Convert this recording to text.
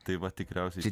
tai va tikriausiai